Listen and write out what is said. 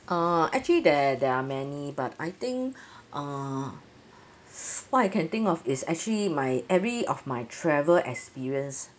uh actually there there are many but I think uh what I can think of is actually my every of my travel experience